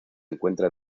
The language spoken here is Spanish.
encuentra